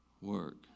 work